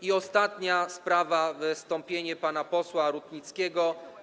I ostatnia sprawa, wystąpienie pana posła Rutnickiego.